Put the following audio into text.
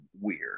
weird